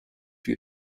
für